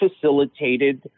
facilitated